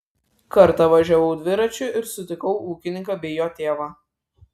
kartą važiavau dviračiu ir sutikau ūkininką bei jo tėvą